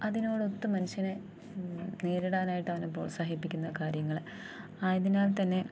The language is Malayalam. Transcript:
അതിനോടൊത്ത് മനുഷ്യനെ നേരിടാനായിട്ടവനെ പ്രോത്സാഹിപ്പിക്കുന്ന കാര്യങ്ങള് ആയതിനാൽ തന്നെ